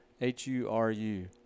H-U-R-U